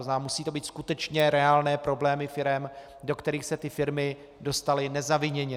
To znamená, musí to být skutečně reálné problémy firem, do kterých se ty firmy dostaly nezaviněně.